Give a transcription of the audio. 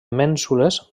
mènsules